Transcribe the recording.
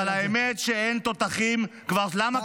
אבל האמת, שאין תותחים, למה?